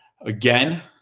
Again